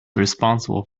responsible